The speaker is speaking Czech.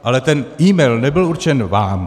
Ale ten email nebyl určen vám.